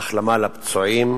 החלמה לפצועים.